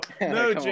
No